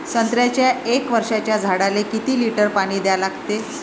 संत्र्याच्या एक वर्षाच्या झाडाले किती लिटर पाणी द्या लागते?